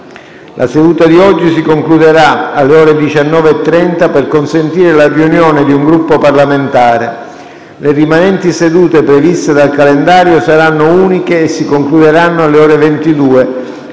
La seduta di oggi si concluderà alle ore 19,30 per consentire la riunione di un Gruppo parlamentare. Le rimanenti sedute previste dal calendario saranno uniche e si concluderanno alle ore 22,